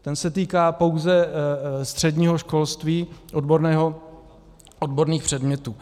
Ten se týká pouze středního školství odborného, odborných předmětů.